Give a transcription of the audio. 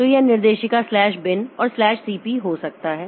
तो यह निर्देशिका स्लैश बिन और स्लैश सीपी हो सकता है